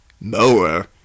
Mower